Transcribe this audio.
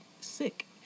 sick